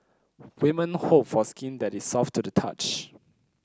women hope for skin that is soft to the touch